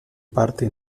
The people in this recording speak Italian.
parte